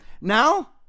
Now